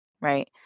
right